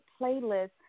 playlist